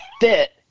fit